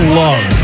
love